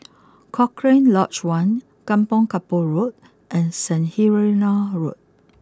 Cochrane Lodge one Kampong Kapor Road and Saint Helena Road